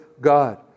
God